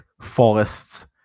forests